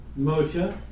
Moshe